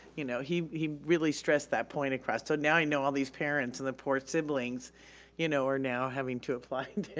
you know, he he really stressed that point across, so now i know all these parents, the poor siblings you know are now having to apply